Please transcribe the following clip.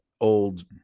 old